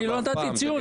אני לא נתתי ציון.